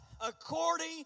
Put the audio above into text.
according